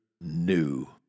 new